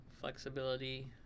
flexibility